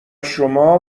شما